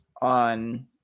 on